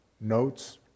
notes